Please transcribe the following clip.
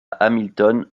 hamilton